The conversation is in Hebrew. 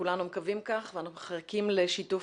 כולנו מקווים כך ואנחנו מחכים לשיתוף